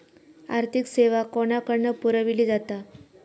आर्थिक सेवा कोणाकडन पुरविली जाता?